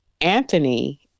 Anthony